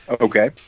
Okay